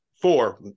four